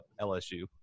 lsu